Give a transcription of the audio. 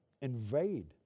invade